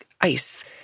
Ice